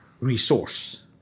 resource